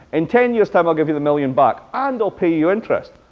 in ten years time, i'll give you the million back, and i'll pay you interest.